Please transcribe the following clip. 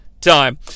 time